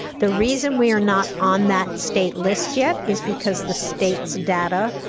the reason we are not on that state list yet is because the state's data